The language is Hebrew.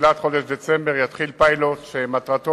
בתחילת חודש דצמבר יתחיל פיילוט שמטרתו